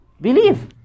believe